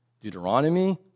Deuteronomy